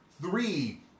three